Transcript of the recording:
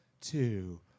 two